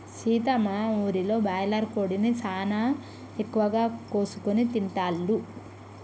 సీత మా ఊరిలో బాయిలర్ కోడిని సానా ఎక్కువగా కోసుకొని తింటాల్లు